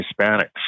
Hispanics